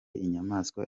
inyamaswa